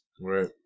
Right